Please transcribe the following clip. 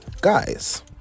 guys